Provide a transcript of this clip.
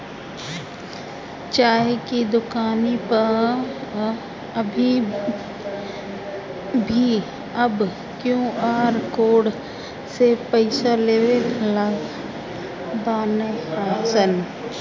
चाय के दुकानी पअ भी अब क्यू.आर कोड से पईसा लेवे लागल बानअ सन